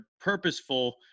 purposeful